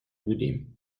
بودیم